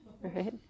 Right